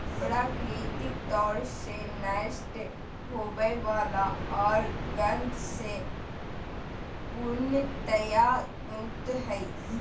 प्राकृतिक तौर से नष्ट होवय वला आर गंध से पूर्णतया मुक्त हइ